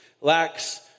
lacks